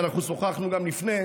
אנחנו שוחחנו לפני,